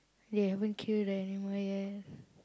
they haven't kill the animal yet